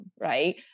right